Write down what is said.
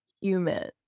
human